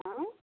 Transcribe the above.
आँय